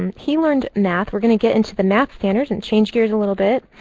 and he learned math. we're going to get into the math standard and change gears a little bit.